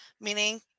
meaning